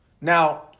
Now